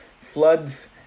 floods